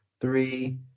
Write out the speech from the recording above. three